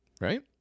Right